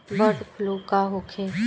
Bird flu का रोग होखे?